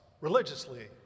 religiously